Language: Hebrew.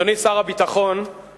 אדוני שר הביטחון, אני